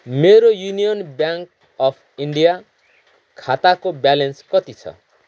मेरो Union Bank of India खाताको balance कति छ